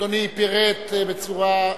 אדוני פירט בצורה,